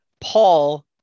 paul